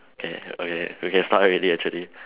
K okay we can start already actually